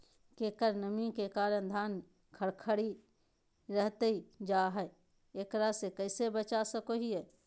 केकर कमी के कारण धान खखड़ी रहतई जा है, एकरा से कैसे बचा सको हियय?